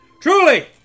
Truly